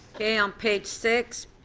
okay, on page six,